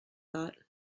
thought